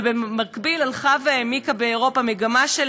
ובמקביל הלכה והעמיקה באירופה מגמה של